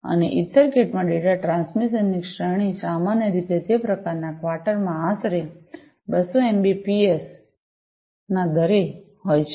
અને ઇથરકેટ માં data transmission ની શ્રેણી સામાન્ય રીતે તે પ્રકારના ક્વાર્ટરમાં આશરે 200 એમબીપીએસ 200 એમબીપીએસના દરે હોય છે